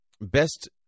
Best